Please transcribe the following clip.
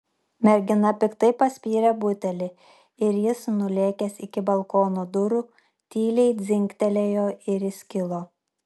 mergina piktai paspyrė butelį ir jis nulėkęs iki balkono durų tyliai dzingtelėjo ir įskilo